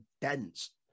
dense